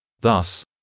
Thus